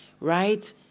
right